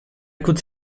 could